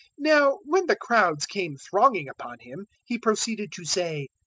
now when the crowds came thronging upon him, he proceeded to say,